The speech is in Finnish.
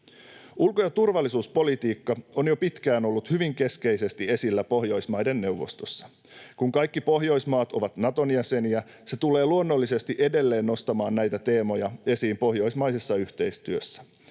Ulko- ja turvallisuuspolitiikka on jo pitkään ollut hyvin keskeisesti esillä Pohjoismaiden neuvostossa. Kun kaikki Pohjoismaat ovat Naton jäseniä, se tulee luonnollisesti edelleen nostamaan näitä teemoja esiin pohjoismaisessa yhteistyössä.